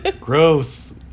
gross